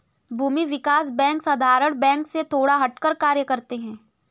भूमि विकास बैंक साधारण बैंक से थोड़ा हटकर कार्य करते है